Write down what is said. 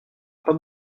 pas